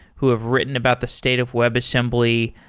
who have written about the state of webassembly.